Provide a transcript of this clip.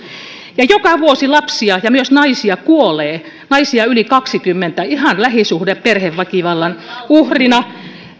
joka vuosi lapsia ja myös naisia kuolee naisia yli kaksikymmentä ihan lähisuhde perheväkivallan uhrina